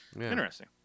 Interesting